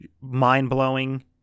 mind-blowing